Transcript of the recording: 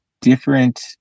different